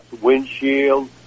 windshield